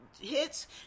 hits